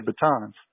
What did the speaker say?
batons